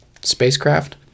spacecraft